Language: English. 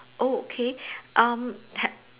oh okay um ha~